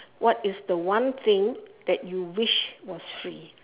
what is the one thing that you wish was free